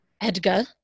Edgar